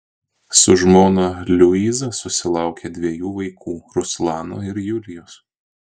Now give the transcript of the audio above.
su žmona liuiza susilaukė dviejų vaikų ruslano ir julijos